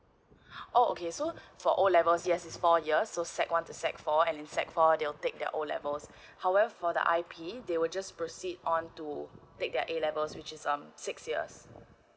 oh okay so for O levels yes is four years so sec one to sec four and in sec four they will take their O levels however the I_P they will just proceed on to take their A levels which is um six years